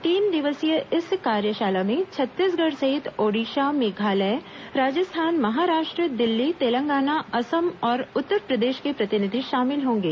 तीन दिवसीय इस कार्यशाला में छत्तीसगढ़ सहित ओड़िशा मेघालय राजस्थान महाराष्ट्र दिल्ली तेलंगाना असम और उत्तर प्रदेश के प्रतिनिधि शामिल होंगे